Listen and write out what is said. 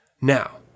Now